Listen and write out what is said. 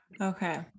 okay